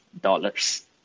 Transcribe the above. dollars